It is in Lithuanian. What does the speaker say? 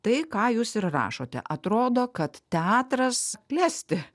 tai ką jūs ir rašote atrodo kad teatras klesti